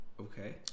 Okay